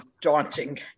daunting